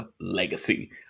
Legacy